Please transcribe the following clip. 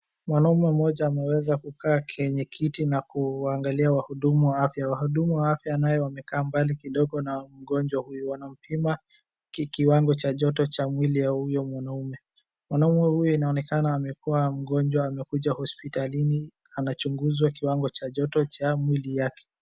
Mwanaume mmoja ameweza kukaa kenye kiti na kuangalia wahudumu wa afya. Wahudumu wa afya naye wamekaa mbali kidogo na mgonjwa huyo. Wanampima kiwango cha joto cha mwili ya huyo mwanaume. Mwanaume huyo inaonekana amekuwa mgonjwa amekuja hosipitalini, anachunguzwa kiwango cha joto cha mwili yake.